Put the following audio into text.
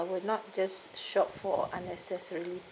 I would not just shop for unnecessary